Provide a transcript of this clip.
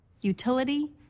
utility